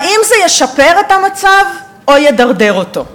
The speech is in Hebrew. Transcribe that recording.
האם זה ישפר את המצב או ידרדר אותו?